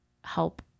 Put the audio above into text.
help